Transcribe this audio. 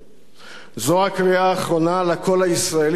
זו הקריאה האחרונה לקול הישראלי השפוי,